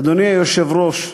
אדוני היושב-ראש,